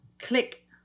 Click